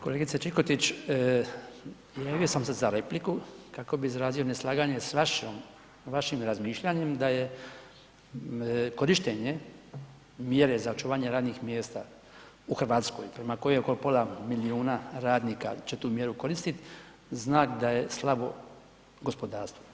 Kolegice Čikotić javio sam se za repliku kako bi izrazio neslaganje s vašom, vašim razmišljanjem da je korištenje mjere za očuvanje radnih mjesta u Hrvatskoj, prema kojoj oko pola milijuna radnika će tu mjeru koristiti, znak d je slabo gospodarstvo.